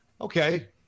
okay